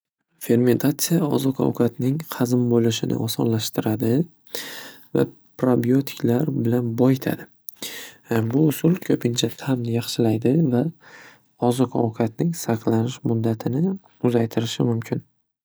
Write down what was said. Oziq ovqatning hazm bo'lishini osonlashtiradi va probiyotiklar bilan boyitadi. Bu usul ko'pincha ta'mni yaxshilaydi va oziq ovqatning saqlanish muddatini uzaytirishi mumkin.